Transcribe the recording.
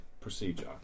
procedure